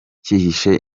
kibyihishe